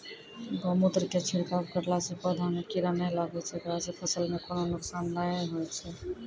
गोमुत्र के छिड़काव करला से पौधा मे कीड़ा नैय लागै छै ऐकरा से फसल मे कोनो नुकसान नैय होय छै?